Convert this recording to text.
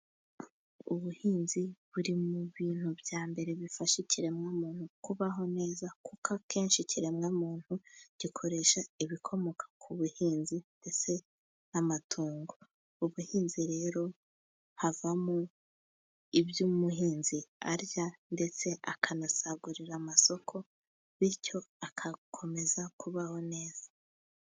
Ubuhinzi buri mu bintu bya mbere bifasha ikiremwamu kubaho neza, kuko akenshi ikiremwamuntu gikoresha ibikomoka ku buhinzi ndetse n'amatungo. Mu buhinzi rero havamo iby'umuhinzi arya, ndetse akanasagurira amasoko, bityo agakomeza kubaho neza.